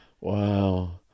Wow